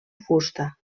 fusta